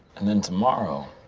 and then tomorrow